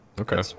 Okay